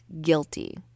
guilty